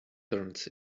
turns